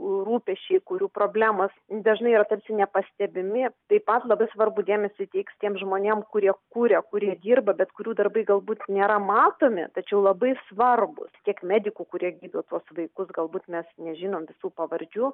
rūpesčiai kurių problemos dažnai yra tarsi nepastebimi taip pat labai svarbu dėmesį teiks tiem žmonėm kurie kuria kurie dirba bet kurių darbai galbūt nėra matomi tačiau labai svarbūs kiek medikų kurie gydo tuos vaikus galbūt mes nežinom visų pavardžių